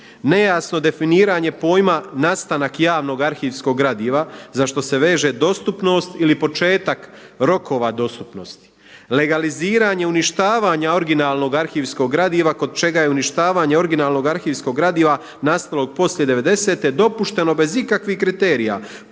Nejasno definiranje pojma nastanak javnog arhivskog gradiva za što se veže dostupnost ili početak rokova dostupnosti. Legaliziranje uništavanja originalnog arhivskog gradiva kod čega je uništavanje originalnog arhivskog gradiva nastalog poslije devedesete dopušteno bez ikakvih kriterija